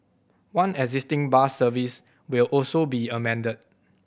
one existing bus service will also be amended